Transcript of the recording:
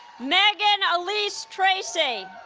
megan elise tracy